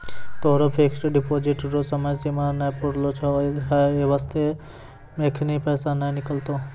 तोहरो fixed deposit रो समय सीमा नै पुरलो छौं है बास्ते एखनी पैसा नै निकलतौं